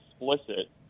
explicit